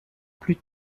plus